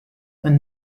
when